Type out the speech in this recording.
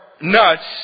nuts